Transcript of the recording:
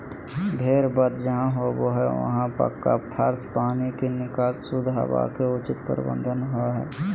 भेड़ वध जहां होबो हई वहां पक्का फर्श, पानी के निकास, शुद्ध हवा के उचित प्रबंध होवअ हई